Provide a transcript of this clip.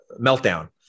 meltdown